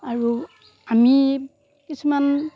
আৰু আমি কিছুমান